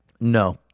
No